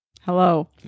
hello